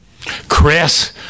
Chris